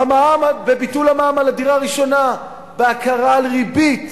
בביטול המע"מ על הדירה הראשונה, בהכרה על ריבית,